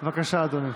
בבקשה, אדוני,